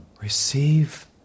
receive